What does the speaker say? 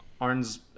Arn's